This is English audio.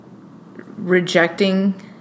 rejecting